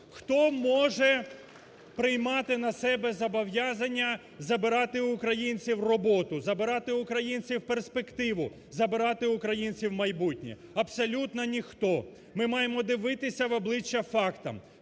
Хто може приймати на себе зобов'язання забирати у українців роботу, забирати у українців перспективу, забирати у українців майбутнє? Абсолютно ніхто. Ми маємо дивитися в обличчя фактам.